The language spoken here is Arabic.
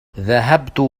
ذهبت